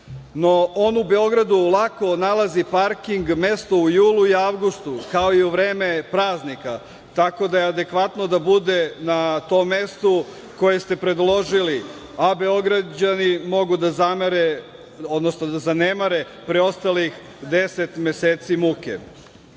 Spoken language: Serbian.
on u Beogradu lako nalazi parking mesto u julu i avgustu, kao i u vreme praznika, tako da je adekvatno da bude na tom mestu koje ste predložili, a Beograđani mogu da zamere, odnosno da zanemare